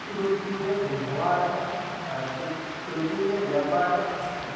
तृतीयः व्यवहारः तु तृतीयः व्यापारः अस्ति